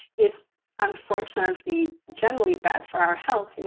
is unfortunately generally bad for our health. and